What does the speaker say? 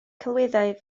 celwyddau